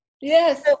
Yes